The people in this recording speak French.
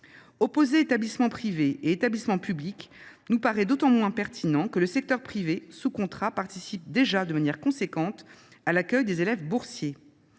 Opposer établissements privés et établissements publics nous paraît d’autant moins pertinent que le secteur privé sous contrat participe déjà de manière importante à l’accueil des élèves boursiers.